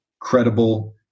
credible